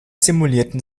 simulieren